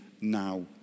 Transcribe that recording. now